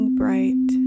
bright